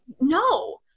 no